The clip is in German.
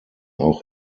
auch